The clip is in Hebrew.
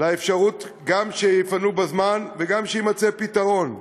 לאפשרות גם שיפנו בזמן וגם שיימצא פתרון.